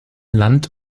land